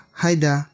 haida